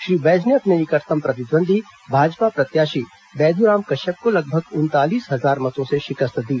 श्री बैज ने अपने निकटतम प्रतिदंदी भाजपा प्रत्याशी बैदुराम कश्यप को लगभग उनतालीस हजार मतों से शिकस्त दी